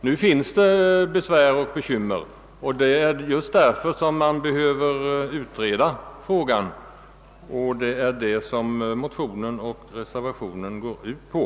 Nu finns det som sagt en hel del bekymmer, och just därför behövs det en utredning, vilket också motionerna och reservationen går ut på.